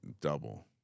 double